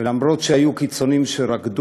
וגם אם היו קיצונים שרקדו,